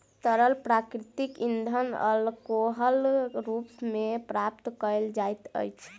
तरल प्राकृतिक इंधन अल्कोहलक रूप मे प्राप्त कयल जाइत अछि